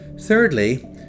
Thirdly